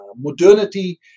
modernity